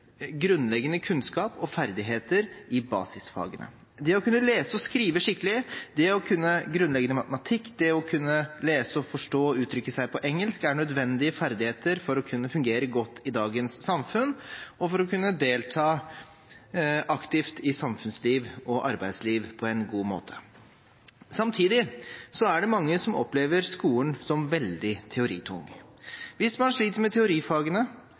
grunnleggende kunnskap og ferdigheter i basisfagene. Det å kunne lese og skrive skikkelig, det å kunne grunnleggende matematikk og det å kunne lese, forstå og uttrykke seg på engelsk er nødvendige ferdigheter for å kunne fungere godt i dagens samfunn og for å kunne delta aktivt i samfunnsliv og arbeidsliv på en god måte. Samtidig er det mange som opplever skolen som veldig teoritung. Hvis man sliter med teorifagene,